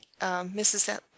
Mrs